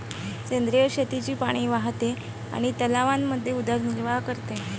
सेंद्रिय शेतीचे पाणी वाहते आणि तलावांमध्ये उदरनिर्वाह करते